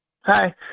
Hi